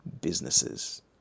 businesses